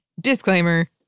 Disclaimer